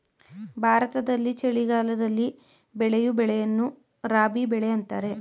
ಭಾರತದಲ್ಲಿ ಚಳಿಗಾಲದಲ್ಲಿ ಬೆಳೆಯೂ ಬೆಳೆಯನ್ನು ರಾಬಿ ಬೆಳೆ ಅಂತರೆ